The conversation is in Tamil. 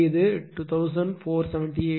1 வாட் ஆகும்